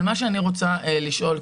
מה שאני רוצה לשאול,